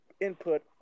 input